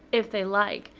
if they like,